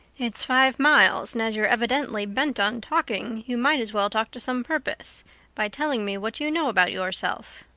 it's five miles and as you're evidently bent on talking you might as well talk to some purpose by telling me what you know about yourself.